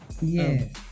yes